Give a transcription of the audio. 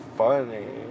funny